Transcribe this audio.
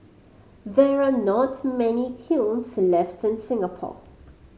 there are not many kilns left in Singapore